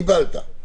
קיבלת.